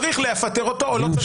צריך לפטר אותו או לא צריך לפטר אותו .